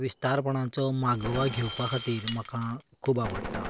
विस्तारपणाचो मागोवा घेवपा खातीर म्हाका खूब आवडटा